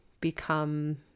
become